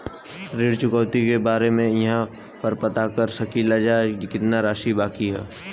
ऋण चुकौती के बारे इहाँ पर पता कर सकीला जा कि कितना राशि बाकी हैं?